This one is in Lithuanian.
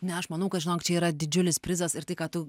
ne aš manau kad žinok čia yra didžiulis prizas ir tai ką tu